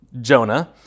Jonah